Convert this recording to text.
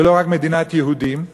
ולא רק מדינת יהודים,